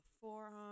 forearm